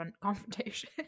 confrontation